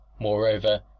Moreover